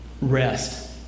rest